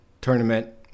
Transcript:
tournament